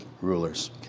rulers